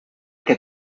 que